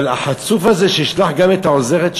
אבל החצוף הזה, שישלח גם את העוזרת שלו?